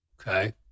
Okay